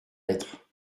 être